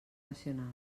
nacionals